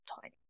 tiny